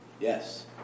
Yes